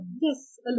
yes